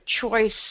choice